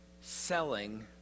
selling